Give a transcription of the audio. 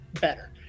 better